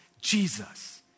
Jesus